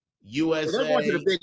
USA